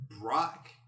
Brock